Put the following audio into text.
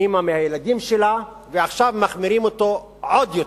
אמא מהילדים שלה, ועכשיו מחמירים אותו עוד יותר.